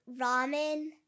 ramen